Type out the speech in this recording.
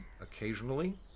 occasionally